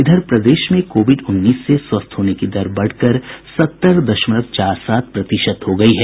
इधर प्रदेश में कोविड उन्नीस से स्वस्थ होने की दर बढ़कर सत्तर दशमलव चार सात प्रतिशत हो गयी है